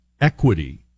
equity